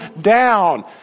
down